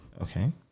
Okay